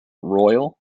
royal